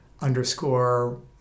underscore